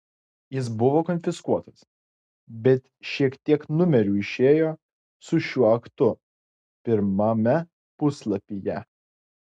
jis buvo konfiskuotas bet šiek tiek numerių išėjo su šiuo aktu pirmame puslapyje